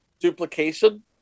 duplication